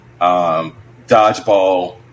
Dodgeball